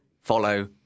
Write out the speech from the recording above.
follow